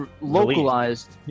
localized